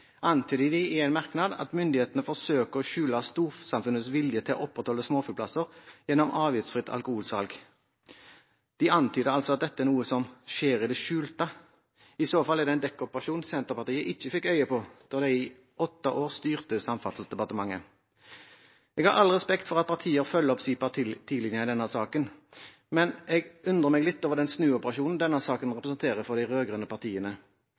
De styrte selv Samferdselsdepartementet i 2012. komitéinnstillingen antyder de i en merknad at myndighetene forsøker å «skjule» storsamfunnets vilje til å opprettholde småflyplasser gjennom avgiftsfritt alkoholsalg. De antyder altså at dette er noe som skjer i det skjulte. I så fall er det en dekkoperasjon Senterpartiet ikke fikk øye på da de i åtte år styrte Samferdselsdepartementet. Jeg har all respekt for at partier følger opp sin partilinje i denne saken, men jeg undrer meg litt over den